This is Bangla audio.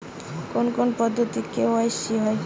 কোন কোন পদ্ধতিতে কে.ওয়াই.সি হয়?